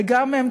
וגם הם,